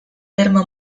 terme